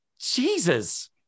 Jesus